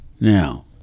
Now